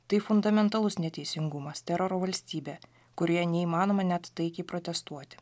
tai fundamentalus neteisingumas teroro valstybė kurioje neįmanoma net taikiai protestuoti